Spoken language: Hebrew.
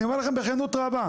אני אומר לכם בכנות רבה,